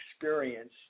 experience